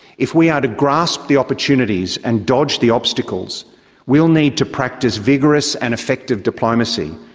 if we are to grasp the opportunities and dodge the obstacles, we will need to practise vigorous and effective diplomacy,